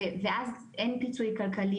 ואנחנו פותחים את הישיבה.